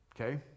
Okay